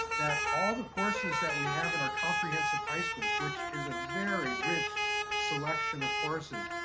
that all the courses that we have in our comprehensive high schools, which is a very rich selection of courses.